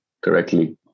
correctly